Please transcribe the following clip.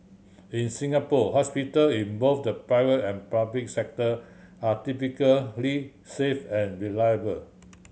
in Singapore hospital in both the private and public sector are typically safe and reliable